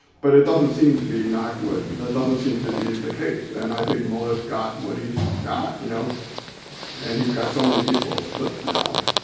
but it doesn't seem to be, knock wood, that doesn't seem to be the case. and i think mueller's got what he's got. you know and he's got so many people flipped now.